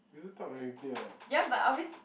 we also talk when we play what